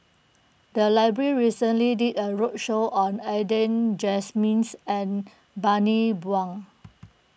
the library recently did a roadshow on Adan and Bani Buang